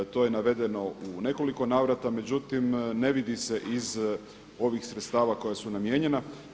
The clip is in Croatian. To je navedeno u nekoliko navrata, međutim ne vidi se iz ovih sredstava koja su namijenjena.